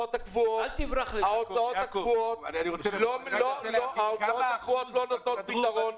ההוצאות הקבועות לא נותנות פתרון.